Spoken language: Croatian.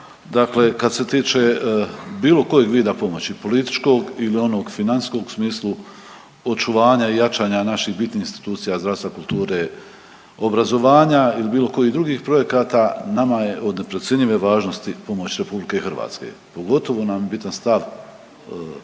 Dakle, kad se tiče bilo kojeg vida pomoći političkog ili onog financijskom u smislu očuvanja i jačanja naših bitnih institucija, zdravstva, kulture, obrazovanja ili bilo kojih drugih projekata nama je od neprocjenjive važnosti pomoć RH, pogotovo nam je bitan stav službene